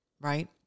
right